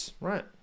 Right